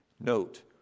Note